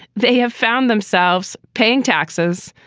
they have found themselves paying taxes,